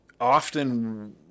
often